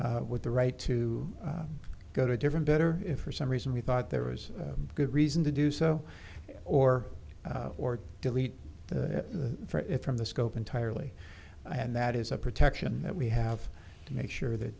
bids with the right to go to different better if for some reason we thought there was a good reason to do so or or delete the from the scope entirely and that is a protection that we have to make sure that